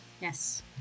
Yes